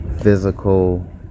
physical